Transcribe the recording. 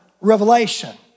revelation